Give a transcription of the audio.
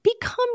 become